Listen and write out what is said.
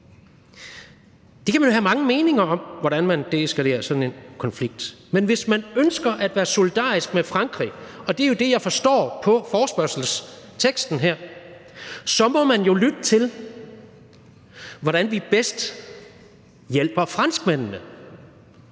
Det kan man jo have mange meninger om, altså hvordan man deeskalerer sådan en konflikt, men hvis man ønsker at være solidarisk med Frankrig – og det er jo det, jeg forstår på forespørgselsteksten her – så må man jo lytte til, hvordan vi bedst hjælper franskmændene.